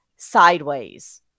Sideways